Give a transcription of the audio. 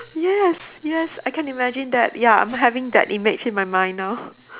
yes yes I can imagine that ya I'm having that image in my mind now